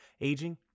aging